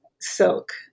silk